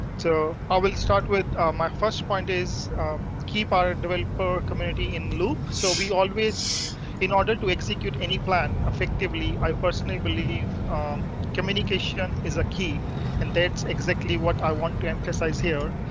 so i will start with my first point is keep our developer community in loop so we always in order to execute any plan. affectively. i personally believe communication is a key and that's exactly what i want to emphasize here.